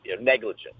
negligence